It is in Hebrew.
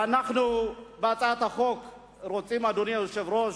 ואנחנו בהצעת החוק רוצים, אדוני היושב-ראש,